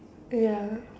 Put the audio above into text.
ya